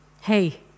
Hey